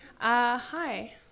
Hi